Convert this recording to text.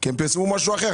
כי הם פרסמו משהו אחר,